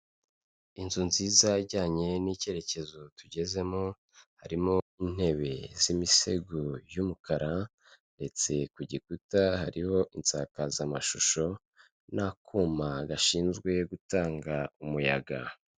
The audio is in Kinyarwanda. Inzu nziza ijyanye n'icyerekezo tugezemo, harimo intebe z'imisego y'umukara ndetse ku gikuta hariho insakazamashusho, n'akuma gashinzwe gutanga umuyaga.